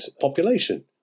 population